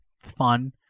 fun